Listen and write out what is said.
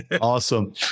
Awesome